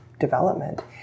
development